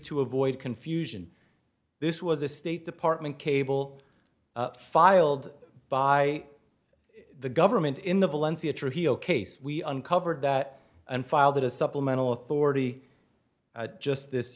to avoid confusion this was a state department cable filed by the government in the valencia trujillo case we uncovered that and filed a supplemental authority just this